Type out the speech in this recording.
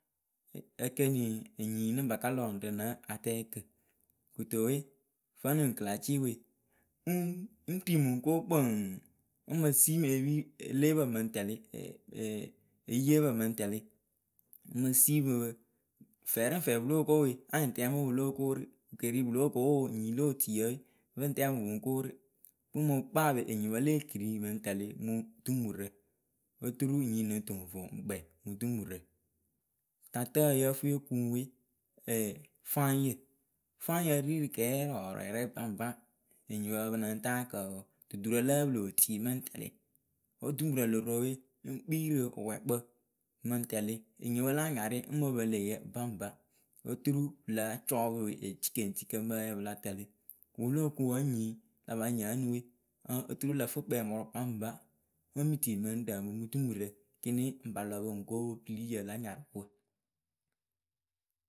ekeniŋ nyii lɨŋ paka lɔ ŋwɨ rɨ nǝ atɛɛkǝ kɨto vǝnɨ kǝlaciwe ŋ ŋri mɨŋ ko kpǝŋ ǝmɨ simi epi leepǝ mɨŋ tɛlɩ eyiyeepǝ mɨŋ tɛlɩ mɨŋ simipɨ fɛriŋfɛ pɨ lóo ko we anyɩ tɛmɨpɨ lóo korɨ keri pɨlokowo nyii lotiyǝ we, mɨŋ tɛmɨ mɨŋ korɨ pɨŋ mɨ kpaapɨ enyipǝ le ekiriŋ pɨŋ tɛlɩ mɨ dumurǝ oturu nyii nɨŋ tɨ ŋ vo ŋ kpɛ mɨ dumurɨ tatǝ yǝ fɨ yokuŋwe, ɛɛ fáŋyǝ. fáŋyǝ ri rǝ kɛɛ rɔɔrɔrɛ baŋba enyipǝ pɨ lɨŋ ta kǝǝwǝ duturǝ lǝǝ pɨlotui mɨŋ tɛlɩ wǝ dumurǝ lo ro we ŋ kpii rɨ wɨpʊɛɛkpǝ mɨŋ tɛlɩ enyipǝ la anyarɩ ŋ mɨ pɨlɨyɩ baŋba otura pɨla cɔpʊ etikeŋtikǝ pɨ la tɛlɩ wɨ wɨ lóo kʊŋ wǝ nyii lapanyɩ ǝnɨ we oturu lǝ fɨ kpɛmɔrʊ baŋba ɨŋ mɨ ti mjŋ ɖǝŋ mɨ dumurǝkini ŋ pa lɔpɨ ŋko piliyǝ la nyarwǝ.